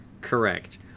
Correct